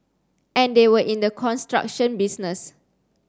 and they were in the construction business